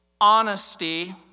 honesty